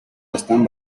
están